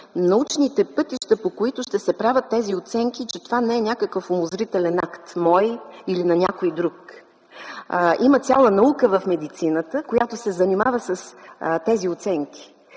научните пътища, по които ще се правят тези оценки и че това не е някакъв умозрителен акт, мой, или на някой друг. Има цяла наука в медицината, която се занимава с тези оценки.